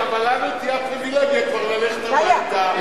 אבל לנו תהיה הפריווילגיה ללכת כבר הביתה,